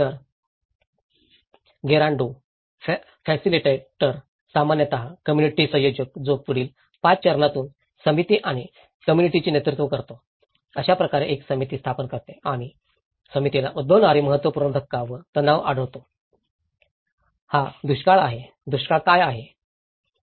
तर Gerando facilitator सामान्यत community संयोजक जो पुढील 5 चरणांतून समिती आणि कम्म्युनिटीाचे नेतृत्व करतो अशा प्रकारे एक समिती स्थापन करते आणि समितीला उद्भवणारे महत्त्वपूर्ण धक्का व तणाव ओळखतो हा दुष्काळ आहे दुष्काळ आहे का